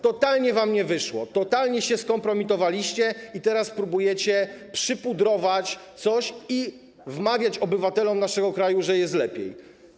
Totalnie wam nie wyszło, totalnie się skompromitowaliście i teraz próbujecie przypudrować coś i wmawiać obywatelom naszego kraju, że jest lepiej.